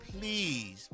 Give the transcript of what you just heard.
please